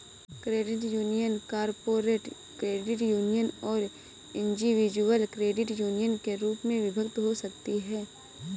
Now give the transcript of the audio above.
credit union corporate credit union और individual credit union के रूप में विभक्त हो सकती हैं